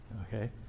okay